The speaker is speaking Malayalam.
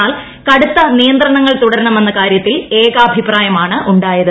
എന്നാൽ കടുത്ത നിയന്ത്രണങ്ങൾ തുടരണമെന്ന കാര്യത്തിൽ ഏകാഭിപ്രായമാണ് ഉണ്ടായത്